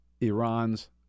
Iran's